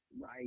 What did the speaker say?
right